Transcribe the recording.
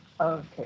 Okay